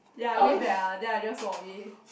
ya I wave back ah then I just walk away